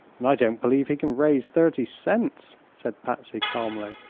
and i don't believe he can raise thirty cents, said patsy, calmly.